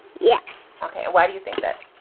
yes. ok. and why do you think that.